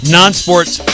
non-sports